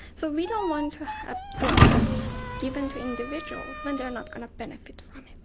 so we don't want to have drugs given to individuals when they are not going to benefit from it.